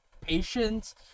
patience